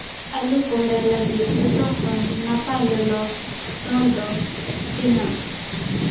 ᱟᱹᱞᱩ ᱠᱚᱦᱨᱟ ᱞᱟᱹᱜᱤᱫ ᱡᱚᱛᱚ ᱠᱷᱚᱱ ᱱᱟᱯᱟᱭ ᱞᱚᱞᱚ ᱥᱚᱸᱰ ᱫᱚ ᱛᱤᱱᱟᱹᱜ